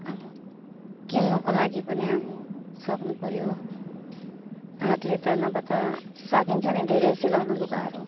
अब किन्नुको लागि पनि अब सक्नु पर्यो हातले त नभए त सकिन्छ नि धेरै सिलाउनु लुगाहरू